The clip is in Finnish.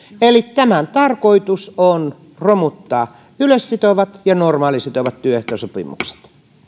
eli tämän tarkoitus on romuttaa yleissitovat ja normaalisitovat työehtosopimukset